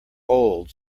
old